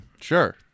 Sure